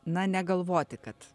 na negalvoti kad